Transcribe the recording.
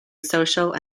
social